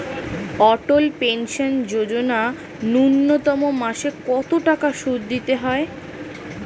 অটল pension Yojana ন্যূনতম মাসে কত টাকা সুধ দিতে হয়?